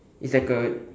it's like a